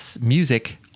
music